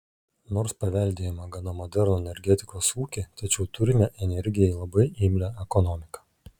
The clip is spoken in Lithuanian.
nors paveldėjome gana modernų energetikos ūkį tačiau turime energijai labai imlią ekonomiką